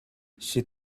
she